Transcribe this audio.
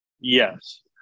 Yes